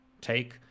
take